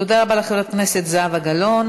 תודה רבה לחברת הכנסת זהבה גלאון.